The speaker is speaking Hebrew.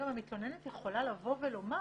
האם המתלוננת יכולה לבוא ולומר: